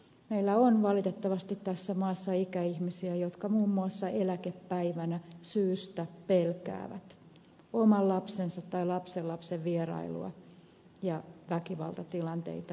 meillä on valitettavasti tässä maassa ikäihmisiä jotka muun muassa eläkepäivänä syystä pelkäävät oman lapsensa tai lapsenlapsensa vierailua ja väkivaltatilanteita